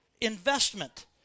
investment